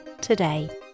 today